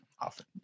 often